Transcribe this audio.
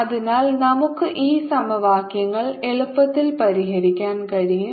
അതിനാൽ നമുക്ക് ഈ സമവാക്യങ്ങൾ എളുപ്പത്തിൽ പരിഹരിക്കാൻ കഴിയും